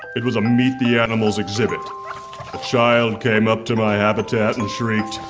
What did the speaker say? it was a meet-the-animals exhibit. a child came up to my habitat and shrieked,